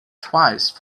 twice